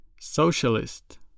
Socialist